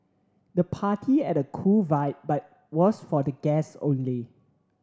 the party had a cool vibe but was for the guests only